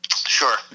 Sure